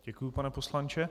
Děkuji, pane poslanče.